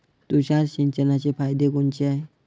तुषार सिंचनाचे फायदे कोनचे हाये?